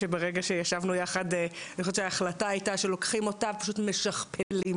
שברגע שישבנו יחד ההחלטה היתה שלוקחים אותה ומשכפלים.